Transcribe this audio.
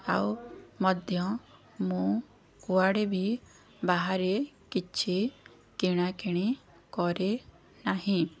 ଆଉ ମଧ୍ୟ ମୁଁ କୁଆଡ଼େ ବି ବାହାରେ କିଛି କିଣାକିଣି କରେ ନାହିଁ